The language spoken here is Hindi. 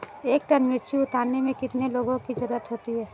एक टन मिर्ची उतारने में कितने लोगों की ज़रुरत होती है?